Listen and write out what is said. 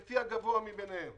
לפי הגבוה מביניהם